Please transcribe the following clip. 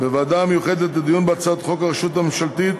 בוועדה המיוחדת לדיון בהצעת חוק הרשות הממשלתית